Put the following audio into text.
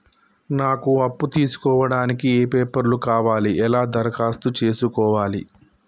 నాకు అప్పు తీసుకోవడానికి ఏ పేపర్లు కావాలి ఎలా దరఖాస్తు చేసుకోవాలి?